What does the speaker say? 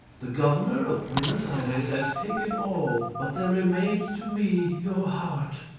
the governor of buenos ayres has taken all, but there remains to me your heart.